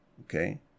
okay